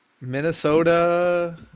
Minnesota